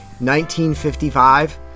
1955